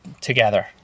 together